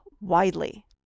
widely